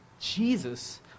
Jesus